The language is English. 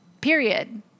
Period